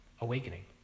awakening